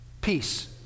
peace